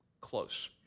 close